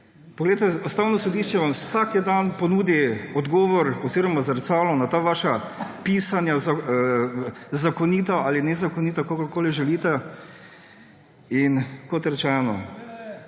Poglejte, Ustavno sodišče vam vsak dan ponudi odgovor oziroma zrcalo na ta vaša pisanja, zakonita ali nezakonita, kakorkoli želite. Kot rečeno,